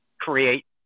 create